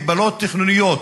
מגבלות תכנוניות.